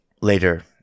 later